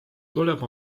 tuleb